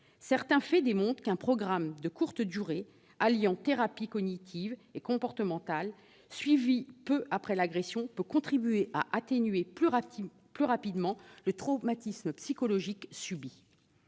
Certains faits montrent qu'un programme de courte durée, alliant thérapies cognitive et comportementale, suivi peu après l'agression peut contribuer à une atténuation plus rapide du traumatisme psychologique subi.